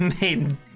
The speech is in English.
Made